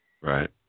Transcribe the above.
Right